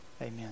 Amen